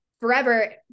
forever